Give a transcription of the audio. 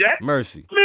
Mercy